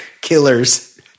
killers